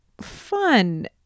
fun